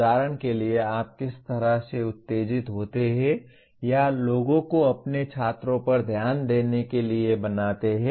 उदाहरण के लिए आप किस तरह से उत्तेजित होते हैं या लोगों को अपने छात्रों पर ध्यान देने के लिए बनाते हैं